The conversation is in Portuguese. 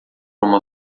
uma